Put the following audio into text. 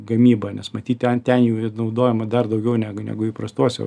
gamybą nes matyt ten ten jų ir naudojama dar daugiau negu negu įprastuose